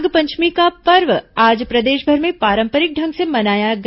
नाग पंचमी नाग पंचमी का पर्व आज प्रदेशभर में पारंपरिक ढंग से मनाया गया